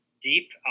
deep